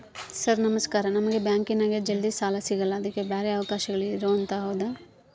Sir ನಮಸ್ಕಾರ ನಮಗೆ ಬ್ಯಾಂಕಿನ್ಯಾಗ ಜಲ್ದಿ ಸಾಲ ಸಿಗಲ್ಲ ಅದಕ್ಕ ಬ್ಯಾರೆ ಅವಕಾಶಗಳು ಇದವಂತ ಹೌದಾ?